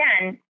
again